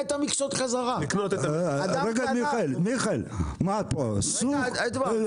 לבטל את המכסות לחלוטין, אתה זורם אתי,